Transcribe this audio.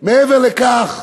מעבר לכך,